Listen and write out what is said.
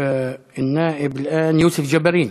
יוסף ג'בארין,